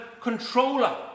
controller